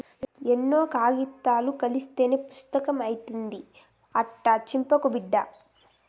ఎన్నో కాయితాలు కలస్తేనే పుస్తకం అయితాది, అట్టా సించకు బిడ్డా